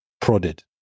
prodded